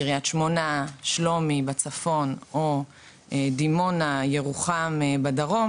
קריית שמונה ושלומי בצפון או דימוני וירוחם בדרום,